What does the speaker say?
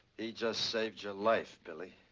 he just saved your life, billy.